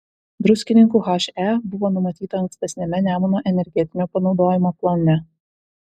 druskininkų he buvo numatyta ankstesniame nemuno energetinio panaudojimo plane